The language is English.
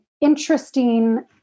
interesting